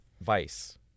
Vice